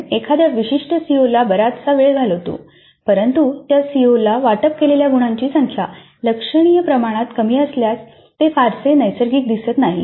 आपण एखाद्या विशिष्ट सीओला बराचसा वेळ घालवतो परंतु त्या सीओला वाटप केलेल्या गुणांची संख्या लक्षणीय प्रमाणात कमी असल्यास ते फारसे नैसर्गिक दिसत नाही